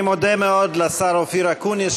אני מודה מאוד לשר אופיר אקוניס,